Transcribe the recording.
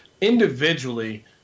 individually